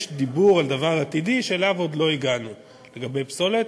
יש דיבור על דבר עתידי, לגבי פסולת,